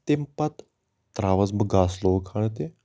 تمہِ پَتہٕ تراوس بہٕ گاسہٕ لوٚو کھنڈ تہِ